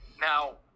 Now